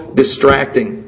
distracting